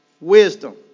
wisdom